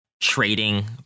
trading